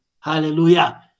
hallelujah